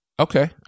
Okay